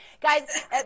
guys